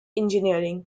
engineering